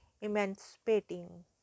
emancipating